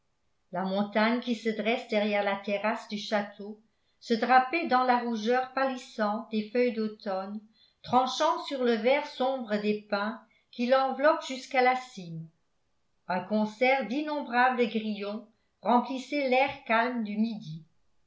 la montagne qui se dresse derrière la terrasse du château se drapait dans la rougeur pâlissante des feuilles d'automne tranchant sur le vert sombre des pins qui l'enveloppent jusqu'à la cime un concert d'innombrables grillons remplissait l'air calme du midi